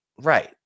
right